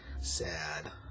Sad